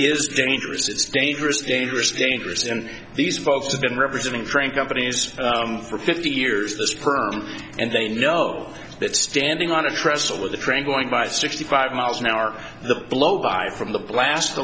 is dangerous it's dangerous dangerous dangerous and these folks have been representing frank companies for fifty years this perm and they know that standing on a trestle with a train going by sixty five miles an hour the blow by from the blast